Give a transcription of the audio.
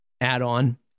add-on